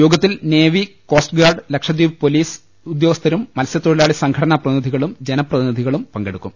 യോഗത്തിൽ navy coast guard Lakshadweep police ഉദ്യോഗ സ്ഥരും മത്സ്യത്തൊഴിലാളി സംഘടനാ പ്രതിനിധികളും ജനപ്രതിനിധികളും പങ്കെടുക്കും